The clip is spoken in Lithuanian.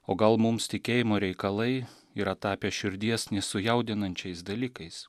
o gal mums tikėjimo reikalai yra tapę širdies nesujaudinančiais dalykais